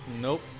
nope